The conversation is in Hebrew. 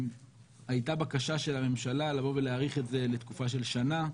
הייתה בקשה של הממשלה לבוא ולהאריך את זה לתקופה של שנה.